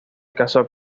casó